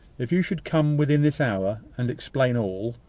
if you should come within this hour and explain all,